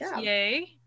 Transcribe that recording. yay